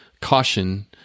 caution